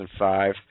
2005